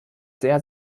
sehr